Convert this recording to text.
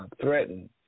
threatened